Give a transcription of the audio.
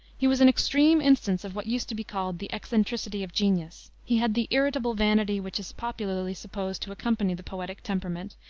he was an extreme instance of what used to be called the eccentricity of genius. he had the irritable vanity which is popularly supposed to accompany the poetic temperament,